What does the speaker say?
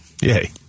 Yay